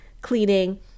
cleaning